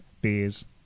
beers